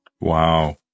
Wow